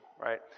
right